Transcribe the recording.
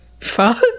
Fuck